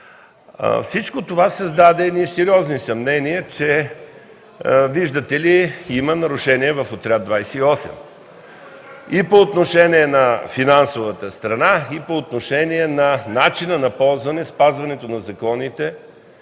Всичко това създаде сериозни съмнения, че виждате ли има нарушения в „Авиоотряд 28” по отношение на финансовата страна и по отношение на начина на ползването, спазването на законите